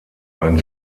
ein